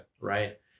right